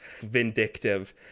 vindictive